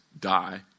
Die